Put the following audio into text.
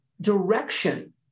direction